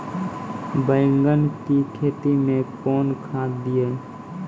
बैंगन की खेती मैं कौन खाद दिए?